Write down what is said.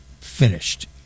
finished